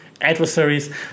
adversaries